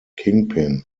kingpin